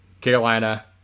Carolina